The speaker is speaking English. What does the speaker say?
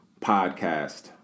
Podcast